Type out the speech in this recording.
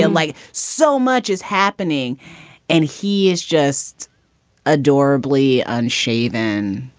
like so much is happening and he is just ah adorably unshaven.